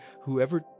whoever